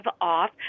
off